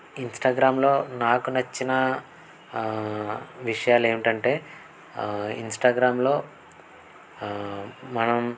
ఇన్స్టాగ్రామ్లో నాకు నచ్చిన విషయాలు ఏమిటంటే ఇన్స్టాగ్రామ్లో మనం